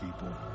people